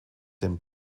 dem